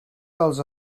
dels